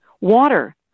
water